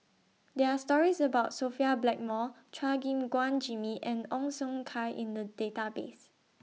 There Are stories about Sophia Blackmore Chua Gim Guan Jimmy and Ong Siong Kai in The Database